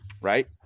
Right